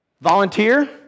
Volunteer